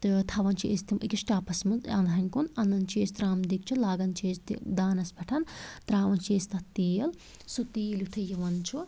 تہٕ تھاوان چھِ أسۍ تِم أکِس ٹَپَس مَنٛز انٛد ہنہِ کُن انان چھِ أسۍ ترٛامہٕ دیٖگچہِ لاگان چھِ أسۍ دانَس پٮ۪ٹھ ترٛاوان چھِ أسۍ تتھ تیٖل سُہ تیٖل یُتھٕے یوان چھُ